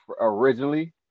originally